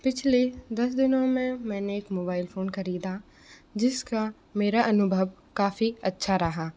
पिछले दस दिनों में मैंने एक मोबाइल फ़ोन ख़रीदा जिसका मेरा अनुभव काफ़ी अच्छा रहा